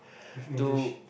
if English